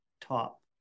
top